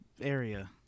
area